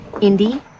Indy